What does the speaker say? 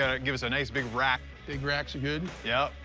and it gives it a nice big rack. big racks are good. yup.